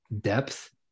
depth